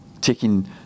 taking